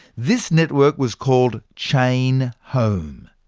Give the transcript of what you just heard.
this network was called chain home,